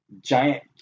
giant